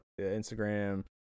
instagram